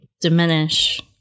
diminish